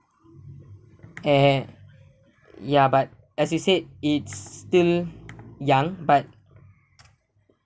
eh ya but as you said it's still young but